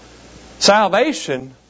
Salvation